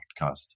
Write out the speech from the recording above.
Podcast